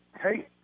Hey